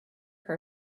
her